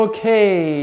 Okay